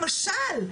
למשל,